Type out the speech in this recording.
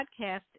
podcast